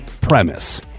premise